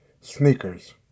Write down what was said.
Sneakers